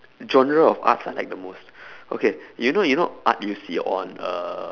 genre of arts I like the most okay you know you know art you see on uh